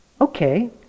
okay